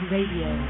Radio